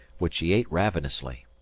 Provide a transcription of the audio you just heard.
which he ate ravenously.